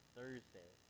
Thursday